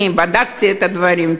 אני בדקתי את הדברים,